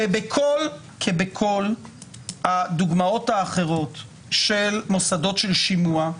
בכל הדוגמאות האחרות של מוסדות של שימוע,